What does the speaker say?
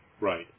Right